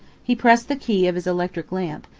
he pressed the key of his electric lamp,